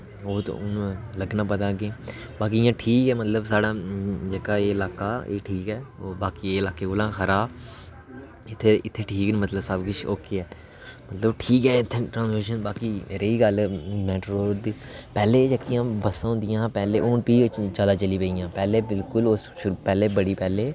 ओह् ते हून लग्गना पता अग्गें बाकी इ'यां ठीक ऐ मतलब साढ़ा एह् इलाका ठीक ऐ बाकियें लाकें कोला खरा ते इत्थै ठीक न मतलब कि सबकिश ओके ऐ ते मतलब ठीक ऐ इत्थै बाकी रेही गल्ल मेटाडोर दी पैह्लें जेह्कियां बस्सां होंदियां हियां पैह्लें हून भी चलै चली पेइयां पैह्लें बिलकुल बड़ी पैह्लें